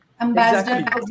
Ambassador